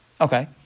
Okay